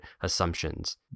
assumptions